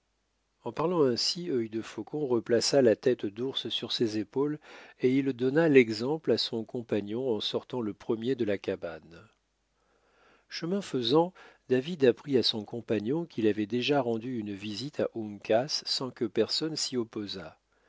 en parlant ainsi œil de faucon replaçait la tête d'ours sur ses épaules et il donna l'exemple à son compagnon en sortant le premier de la cabane chemin faisant david apprit à son compagnon qu'il avait déjà rendu une visite à uncas sans que personne s'y opposât